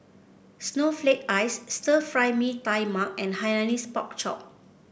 Snowflake Ice Stir Fry Mee Tai Mak and Hainanese Pork Chop